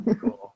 Cool